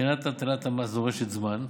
בחינת הטלת המס דורשת זמן.